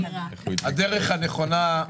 זה אחד מהדברים, כמו שהשרה ציינה,